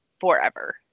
forever